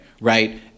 right